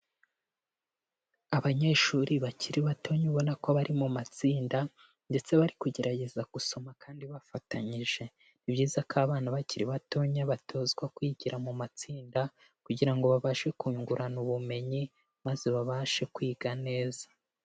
Abanyeshuri bakiri batoya ubona ko bari mu matsinda ndetse bari kugerageza gusoma kandi bafatanyije, nibyiza ko abana bakiri batoya batozwa kwigira mu matsinda kugira ngo babashe kungurana ubumenyi maze babashe kwiga neza.